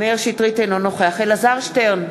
אינו נוכח אלעזר שטרן,